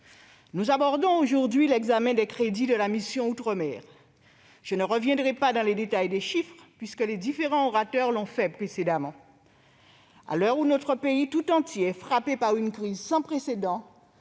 Nous abordons aujourd'hui l'examen des crédits de la mission « Outre-mer ». Je ne reviendrai pas sur le détail des chiffres, différents orateurs l'ayant fait avant moi. À l'heure où notre pays tout entier est frappé par une crise sans précédent,